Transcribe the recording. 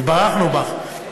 התברכנו בך.